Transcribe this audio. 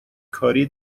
کاری